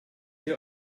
şeyi